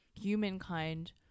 humankind